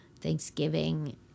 thanksgiving